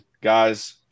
Guys